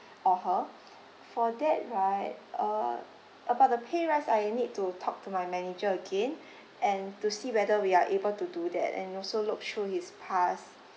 or her for that right uh about the pay rise I need to talk to my manager again and to see whether we are able to do that and also look through his past